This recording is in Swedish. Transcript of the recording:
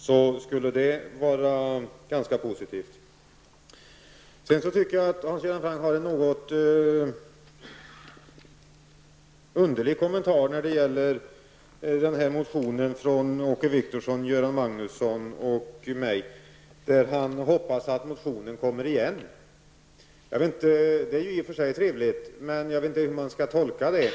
Det skulle vara ganska positivt. Jag tycker vidare att Hans Göran Franck har en något underlig kommentar till motionen från Åke Wictorsson, Göran Magnusson och mig. Han hoppas att motionen kommer igen. Det är i och för sig en trevlig uppmaning, men jag vet inte hur man skall tolka den.